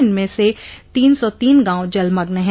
इनमें से तीन सौ तीन गांव जलमग्न हैं